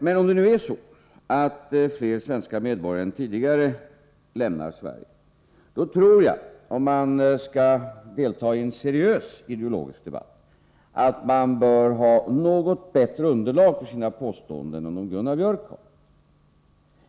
Men om det nu är så att fler svenska medborgare än tidigare lämnar Sverige, då tror jag att man, om man skall delta i en seriös ideologisk debatt, bör ha något bättre underlag för sina påståenden än vad Gunnar Biörck har.